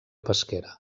pesquera